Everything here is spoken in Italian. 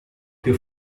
più